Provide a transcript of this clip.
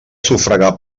sufragar